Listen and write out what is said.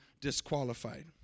disqualified